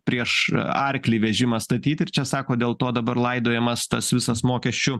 prieš arklį vežimą statyt ir čia sakot dėl to dabar laidojamas tas visas mokesčių